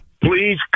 Please